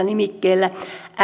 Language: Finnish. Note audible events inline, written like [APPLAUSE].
[UNINTELLIGIBLE] nimikkeellä